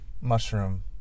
mushroom